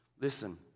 Listen